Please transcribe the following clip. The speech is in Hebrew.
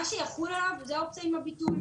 מה שיחול עליו זו האופציה עם הביטול.